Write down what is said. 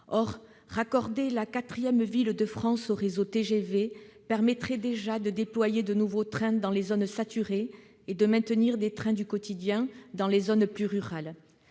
Or raccorder la quatrième ville de France au réseau TGV permettrait déjà de déployer de nouveaux trains dans les zones saturées et de maintenir des trains du quotidien dans les zones plus rurales.